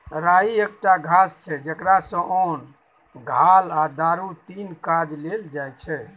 राइ एकटा घास छै जकरा सँ ओन, घाल आ दारु तीनु काज लेल जाइ छै